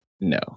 No